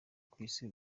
kw’isi